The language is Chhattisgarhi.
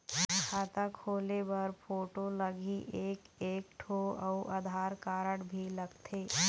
खाता खोले बर फोटो लगही एक एक ठो अउ आधार कारड भी लगथे?